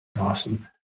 Awesome